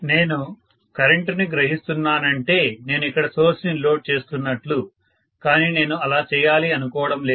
నేను కరెంటుని గ్రహిస్తున్నానంటే నేను ఇక్కడ సోర్స్ ని లోడ్ చేస్తున్నట్లు కానీ నేను అలా చేయాలి అనుకోవడం లేదు